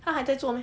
他还在做 meh